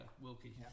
Wilkie